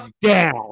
down